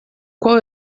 qual